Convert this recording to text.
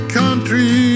country